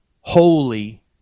holy